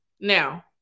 Now